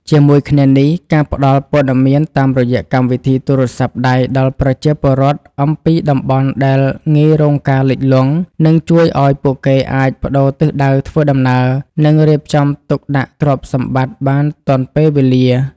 ជាមួយគ្នានេះ ការផ្តល់ព័ត៌មានតាមរយៈកម្មវិធីទូរស័ព្ទដៃដល់ប្រជាពលរដ្ឋអំពីតំបន់ដែលងាយរងការលិចលង់ នឹងជួយឱ្យពួកគេអាចប្តូរទិសដៅធ្វើដំណើរ និងរៀបចំទុកដាក់ទ្រព្យសម្បត្តិបានទាន់ពេលវេលា។